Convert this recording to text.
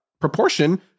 proportion